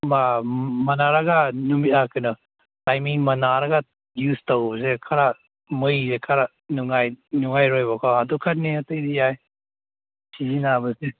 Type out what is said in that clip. ꯃꯥꯟꯅꯔꯒ ꯅꯨꯃꯤꯠ ꯀꯩꯅꯣ ꯇꯥꯏꯃꯤꯡ ꯃꯥꯟꯅꯔꯒ ꯌꯨꯁ ꯇꯧꯕꯁꯦ ꯈꯔ ꯃꯩꯁꯦ ꯈꯔ ꯅꯨꯡꯉꯥꯏ ꯅꯨꯡꯉꯥꯏꯔꯣꯏꯌꯦꯕꯀꯣ ꯑꯗꯨ ꯈꯛꯇꯅꯦ ꯑꯇꯩꯗꯤ ꯌꯥꯏ ꯁꯤꯖꯤꯟꯅꯕꯁꯦ